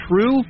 true